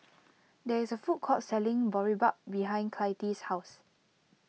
there is a food court selling Boribap behind Clytie's house